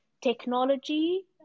technology